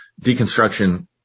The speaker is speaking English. deconstruction